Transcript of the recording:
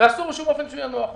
ואסור בשום אופן שהוא יהיה נוח.